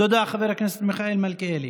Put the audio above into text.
תודה, חבר הכנסת מיכאל מלכיאלי.